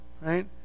Right